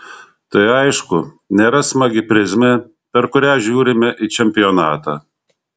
tai aišku nėra smagi prizmė per kurią žiūrime į čempionatą